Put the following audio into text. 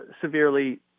severely